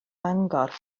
mangor